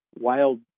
Wild